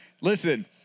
Listen